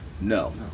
No